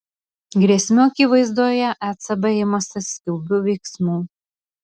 grėsmių akivaizdoje ecb imasi skubių veiksmų